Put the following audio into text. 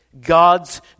God's